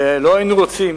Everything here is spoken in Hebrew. לא היינו רוצים